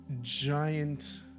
giant